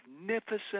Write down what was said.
magnificent